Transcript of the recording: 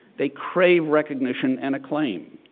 they crave recognition and acclaim.